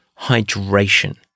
hydration